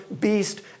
beast